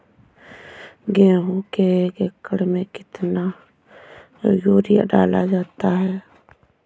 गेहूँ के एक एकड़ में कितना यूरिया डाला जाता है?